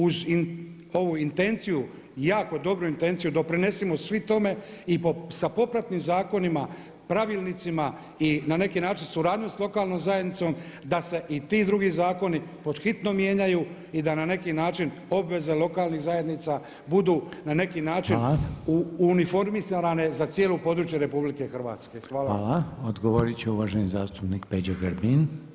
Uz ovu intenciju, jako dobru intenciju doprinesimo svi tome i sa popratnim zakonima, pravilnicima i na neki način suradnju sa lokalnom zajednicom da se i ti drugi zakoni pod hitno mijenjaju i da na neki način obveze lokalnih zajednica budu na neki način [[Upadica Reiner: Hvala.]] uniformirane za cijelo područje Republike Hrvatske.